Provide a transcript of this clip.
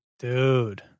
dude